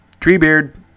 Treebeard